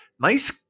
nice